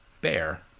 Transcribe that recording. bear